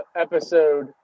episode